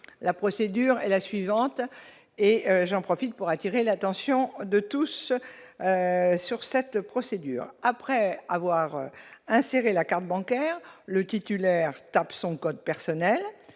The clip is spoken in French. la procédure est la suivante, et j'en profite pour attirer l'attention de tous sur cette procédure après avoir inséré la carte bancaire, le titulaire tape son code personnel